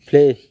play